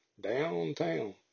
downtown